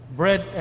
bread